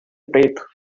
preto